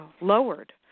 lowered